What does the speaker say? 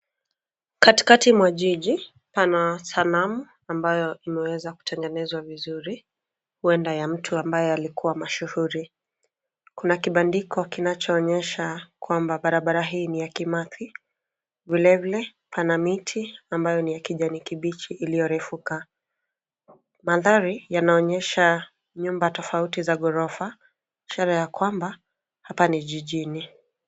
Katikati mwa jiji pana sanamu ambayo imeweza kutengenezwa vizuri, huenda ya mtu ambaye alikuwa mashuhuri. Kuna kibandiko kinachoonyesha kwamba barabara hii ni ya Kimathi, vilevile pana miti ambayo ni ya kijani kibichi iliyorefuka. Mandhari yanaonyesha nyumba tofauti za ghorofa ishara ya kwamba hapa ni jijini.